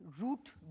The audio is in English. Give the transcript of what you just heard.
root